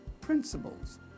principles